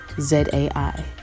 Z-A-I